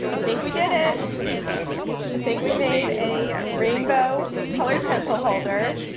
think we did it. this is fantastic. i think we made a rainbow colored pencil holder.